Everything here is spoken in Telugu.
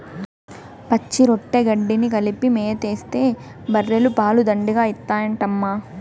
పచ్చిరొట్ట గెడ్డి కలిపి మేతేస్తే బర్రెలు పాలు దండిగా ఇత్తాయంటమ్మా